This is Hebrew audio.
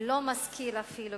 ולא משכיל אפילו,